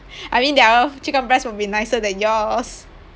I mean their chicken breast will be nicer than yours